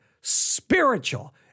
spiritual